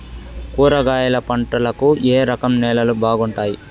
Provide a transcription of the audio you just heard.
కూరగాయల పంటలకు ఏ రకం నేలలు బాగుంటాయి?